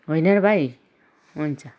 होइन र भाइ हुन्छ